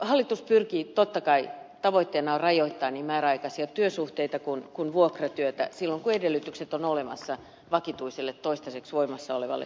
totta kai hallituksen tavoitteena on rajoittaa niin määräaikaisia työsuhteita kuin vuokratyötä silloin kun edellytykset ovat olemassa vakituiselle toistaiseksi voimassa olevalle työsuhteelle